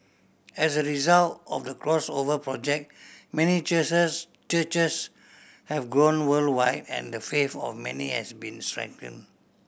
as a result of the Crossover Project many churches have grown worldwide and the faith of many has been strengthen